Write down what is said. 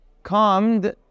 calmed